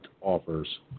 offers